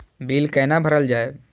Bill कैना भरल जाय?